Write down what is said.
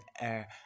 air